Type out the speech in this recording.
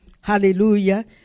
Hallelujah